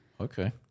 Okay